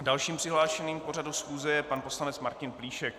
Dalším přihlášeným k pořadu schůze je pan poslanec Martin Plíšek.